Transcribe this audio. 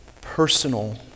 personal